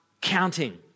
counting